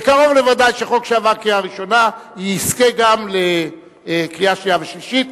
וקרוב לוודאי שחוק שעבר קריאה ראשונה יזכה גם לקריאה שנייה ושלישית.